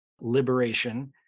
liberation